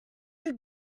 you